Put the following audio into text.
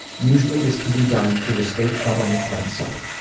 usually this can be done through the state government website.